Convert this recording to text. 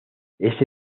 ese